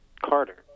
Carter